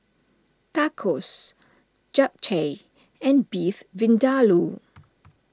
Tacos Japchae and Beef Vindaloo